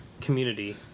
community